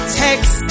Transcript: text